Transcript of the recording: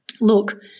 look